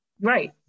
Right